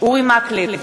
אורי מקלב,